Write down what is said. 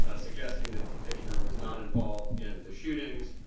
ah suggesting that petitioner was not involved in the shootings.